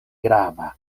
grava